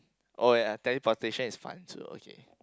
oh ya their potential is fun so okay